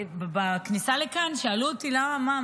בכניסה לכאן שאלו אותי: למה,